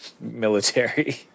military